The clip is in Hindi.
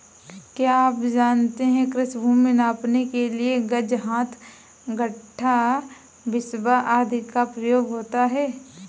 क्या आप जानते है कृषि भूमि नापने के लिए गज, हाथ, गट्ठा, बिस्बा आदि का प्रयोग होता है?